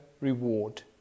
reward